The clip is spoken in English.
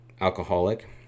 alcoholic